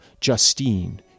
Justine